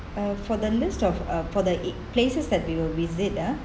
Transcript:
uh for the list of uh for the i~ places that we'll visit ah